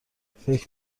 فکر